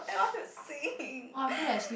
i want to sing